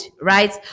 right